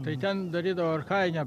tai ten darydavo archajinę